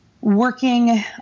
working